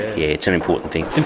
yeah it's an important thing.